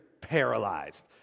paralyzed